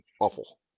awful